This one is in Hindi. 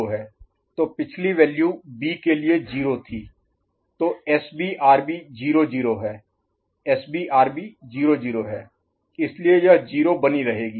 तो पिछली वैल्यू बी के लिए 0 थी तो एसबी आरबी 0 0 है SB RB 0 0 है इसलिए यह 0 बनी रहेगी